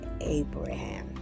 Abraham